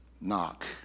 knock